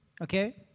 okay